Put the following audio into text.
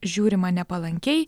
žiūrima nepalankiai